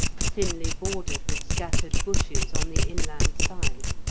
thinly bordered with scattered bushes on the inland side.